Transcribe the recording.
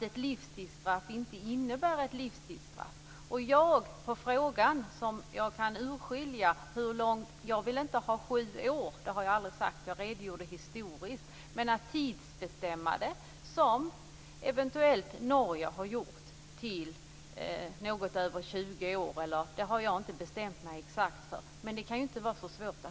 Ett livstidsstraff innebär inte ett livstidsstraff. På den fråga som jag kan urskilja kan jag svara att jag inte vill ha sju år. Det har jag aldrig sagt. Jag redogjorde för det historiska. Att eventuellt tidsbestämma det, som Norge har gjort, till något över 20 år - jag har inte bestämt mig för något exakt antal år - kan ju inte vara så svårt.